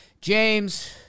James